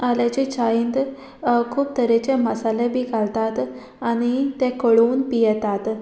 आल्याचे चायेंत खूब तरेचे मसाले बी घालतात आनी ते कळून पियेतात